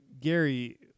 Gary